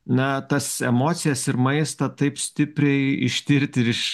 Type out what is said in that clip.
na tas emocijas ir maistą taip stipriai ištirti ir iš